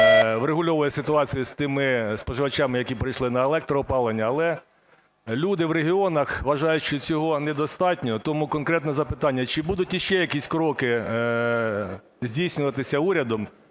врегульовує ситуацію з тими споживачами, які перейшли на електроопалення. Але люди в регіонах вважають, що цього недостатньо. Тому конкретно запитання. Чи будуть іще якісь кроки здійснюватися урядом